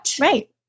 Right